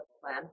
plan